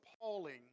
appalling